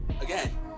again